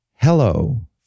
Hello